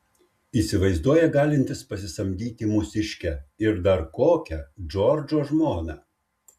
įsivaizduoja galintis pasisamdyti mūsiškę ir dar kokią džordžo žmoną